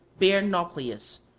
bare nauplius,